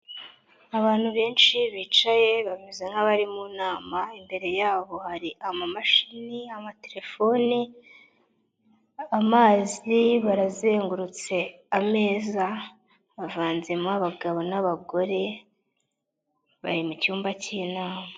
Abantu benshi bicaye bameze nk'abari mu nama, imbere yabo hari amamashini, amatefefoni, amazi bazengurutse ameza, bivanzemo abagabo n'abagore, bari mucyumba cy'inama.